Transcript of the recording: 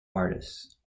artists